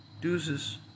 Deuces